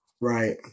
Right